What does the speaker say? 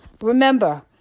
remember